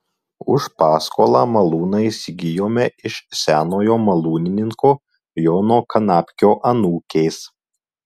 už paskolą malūną įsigijome iš senojo malūnininko jono kanapkio anūkės